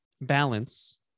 balance